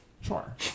sure